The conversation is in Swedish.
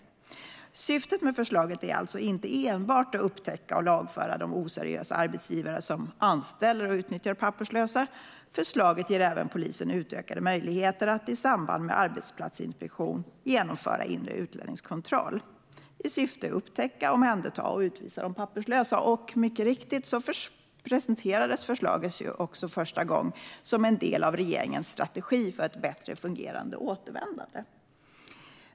Syftet med förslaget är alltså inte enbart att upptäcka och lagföra oseriösa arbetsgivare som anställer och utnyttjar papperslösa. Förslaget ger även polisen utökade möjligheter att i samband med arbetsplatsinspektion genomföra inre utlänningskontroll i syfte att upptäcka, omhänderta och utvisa papperslösa. Mycket riktigt presenterades förslaget också första gången som en del av regeringens strategi för ett bättre fungerande återvändande.